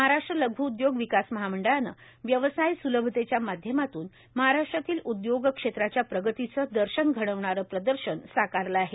महाराष्ट्र लघ्उद्योग विकास महामंडळानं व्यवसाय स्लभतेच्याश माध्यामातून महाराष्ट्रातील उद्योग क्षेत्राच्या प्रगतीचं दर्शन घडविणारं प्रदर्शन साकारलं आहे